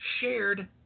shared